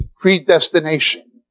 predestination